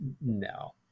No